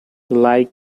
like